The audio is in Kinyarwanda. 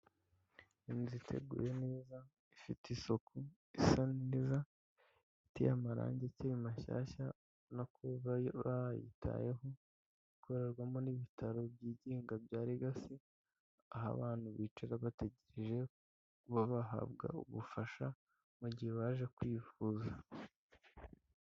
Inzu itegure neza, ifite isuku, isa neza iteye amarangi akiri mashyashya urabona ko bayitayeho, ikorerwamo n'ibitaro byigenga bya Legacy, aho abantu bicara bategereje kuba bahabwa ubufasha mu gihe baje kwivuza.